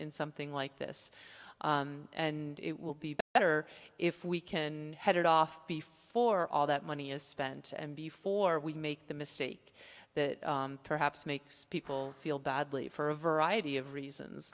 in something like this and it will be better if we can head it off before all that money is spent and before we make the mistake that perhaps makes people feel badly for a variety of reasons